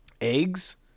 eggs